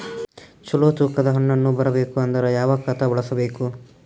ಚಲೋ ತೂಕ ದ ಹಣ್ಣನ್ನು ಬರಬೇಕು ಅಂದರ ಯಾವ ಖಾತಾ ಬಳಸಬೇಕು?